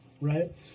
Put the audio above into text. Right